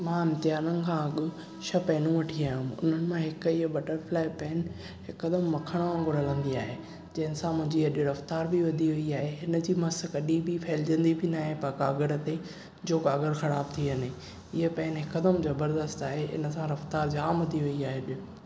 मां इम्तिहाननि खां अॻु छह पैनूं वठी आयो हुउमि हुननि मां हिक हीउ बटरफ्लाए पैन हिकदमि मक्खण वांगुर हलंदी आहे जंहिं सां मुंहिंजी अॼु रफ़्तार बि वधी वेई आहे हिन जी मसु कॾी बि फेलजंदी बि न आहे कागर ते जो कागर ख़राबु थी वञे हीउ पैन हिकदमि ज़बरदस्त आहे इन सां रफ़्तार जाम वधी वेई आहे अॼु